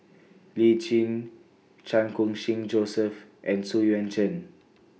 Lee Tjin Chan Khun Sing Joseph and Xu Yuan Zhen